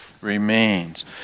remains